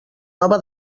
nova